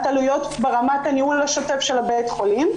עלויות ברמת הניהול השוטף של בית החולים.